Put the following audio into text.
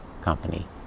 company